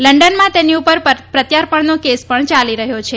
લંડનમાં તેની ઉપર પ્રત્યાર્પણનો પણ કેસ યાલી રહ્યો છે